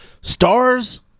Stars